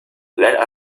let